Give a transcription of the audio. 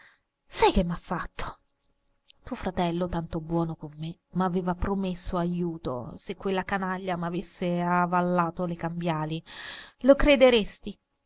sai che m'ha fatto tuo fratello tanto buono con me m'aveva promesso ajuto se quella canaglia m'avesse avallato le cambiali lo crederesti